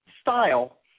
style